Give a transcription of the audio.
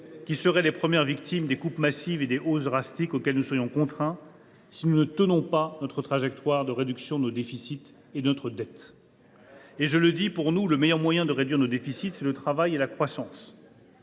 qui seraient les premières victimes des coupes massives et des hausses d’impôts drastiques auxquelles nous serions contraints si nous n’atteignions pas notre objectif de réduction du déficit et de diminution de la dette. « Je le dis : pour nous, le meilleur moyen de réduire nos déficits, c’est le travail et la croissance.